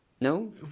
No